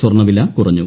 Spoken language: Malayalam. സ്വർണ്ണവില കുറഞ്ഞു